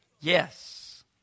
Yes